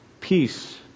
Peace